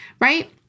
right